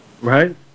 right